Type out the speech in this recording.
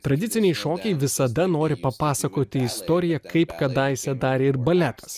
tradiciniai šokiai visada nori papasakoti istoriją kaip kadaise darė ir baletas